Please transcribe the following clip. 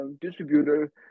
distributor